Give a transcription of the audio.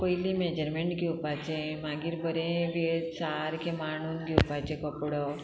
पयलीं मेजरमेंट घेवपाचें मागीर बरें वेळ सारकें मांडून घेवपाचें कपडो